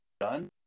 done